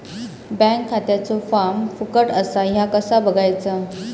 Bank खात्याचो form फुकट असा ह्या कसा बगायचा?